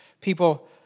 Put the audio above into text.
people